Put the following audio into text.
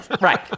Right